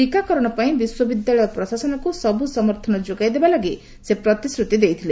ଟିକାକରଣ ପାଇଁ ବିଶ୍ୱ ବିଦ୍ୟାଳୟ ପ୍ରଶାସନକୁ ସବୁ ସମର୍ଥନ ଯୋଗାଇ ଦେବା ଲାଗି ସେ ପ୍ରତିଶ୍ରତି ଦେଇଥିଲେ